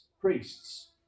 priests